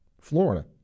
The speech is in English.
Florida